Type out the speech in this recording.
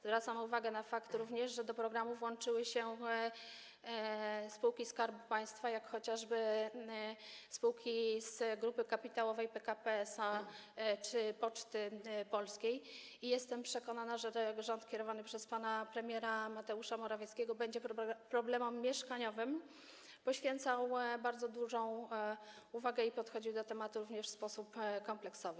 Zwracam również uwagę na fakt, że do programu włączyły się spółki Skarbu Państwa, jak chociażby spółki z grupy kapitałowej PKP SA czy Poczty Polskiej, i jestem przekonana, że ten rząd kierowany przez pana premiera Mateusza Morawieckiego będzie problemom mieszkaniowym poświęcał bardzo dużą uwagę i będzie podchodził do tematu również w sposób kompleksowy.